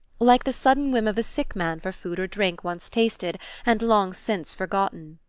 like the sudden whim of a sick man for food or drink once tasted and long since forgotten.